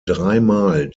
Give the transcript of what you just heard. dreimal